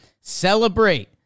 celebrate